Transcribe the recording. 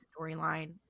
storyline